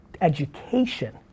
education